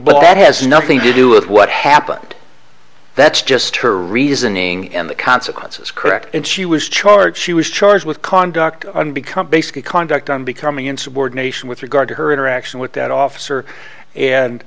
that has nothing to do with what happened that's just her reasoning and the consequences correct and she was charged she was charged with conduct unbecoming basically conduct unbecoming insubordination with regard to her interaction with that officer and